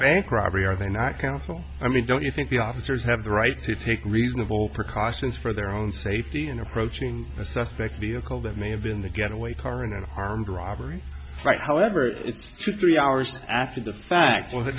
bank robbery are they not counsel i mean don't you think the officers have the right to take reasonable precautions for their own safety in approaching a suspect vehicle that may have been the getaway car in an armed robbery right however it's two three hours after the fact was